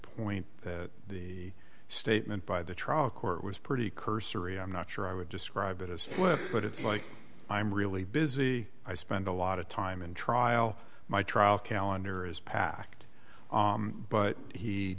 point that the statement by the trial court was pretty cursory i'm not sure i would describe it as well but it's like i'm really busy i spend a lot of time in trial my trial calendar is packed but he